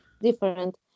different